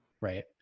Right